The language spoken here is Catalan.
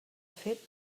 fet